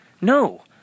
No